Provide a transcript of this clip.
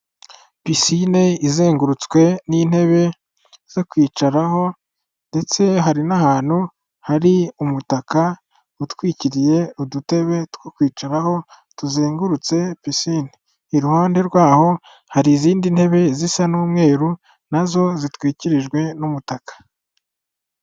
Pisine izengurutswe n'intebe zo kwicaraho, ndetse hari n'ahantu hari umutaka utwikiriye udutebe two kwicaraho tuzengurutse pisine, iruhande rwaho hari izindi ntebe zisa n'umweru nazo zitwikirijwe n'umutaka.